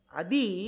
adi